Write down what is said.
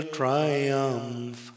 triumph